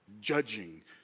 judging